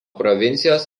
provincijos